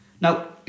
Now